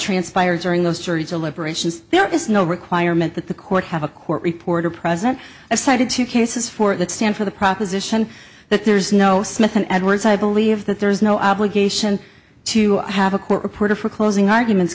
transpired during those jury deliberations there is no requirement that the court have a court reporter present a cited two cases for the stand for the proposition that there's no smith and edwards i believe that there's no obligation to have a court reporter for closing arguments